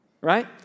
Right